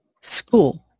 school